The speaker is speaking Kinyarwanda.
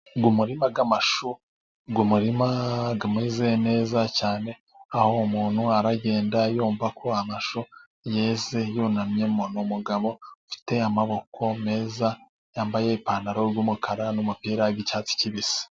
Umurima wa amashu, umuririma umeze neza cyane aho, umuntu aragenda yumva ko amashu ameze neza, yunamyemo ni umugabo ufite amaboko, meza yambaye ipantaro y' umukara n' umupira w' icyatsi kibisi.